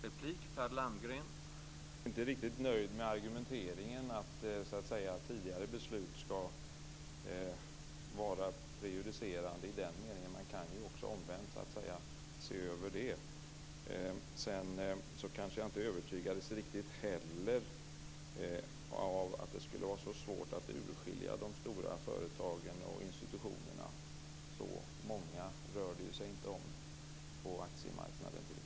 Herr talman! Jag är inte riktigt nöjd med argumenteringen att tidigare beslut skall vara prejudicerande. Man kan också omvänt se över det. Jag övertygades inte riktigt av att det skulle vara så svårt att urskilja de stora företagen och institutionerna. Så många rör det sig inte om på aktiemarknaden.